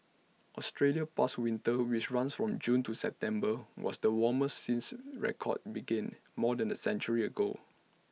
Australia's past winter which runs from June to September was the warmest since records began more than A century ago